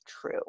true